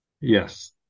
Yes